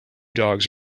dogs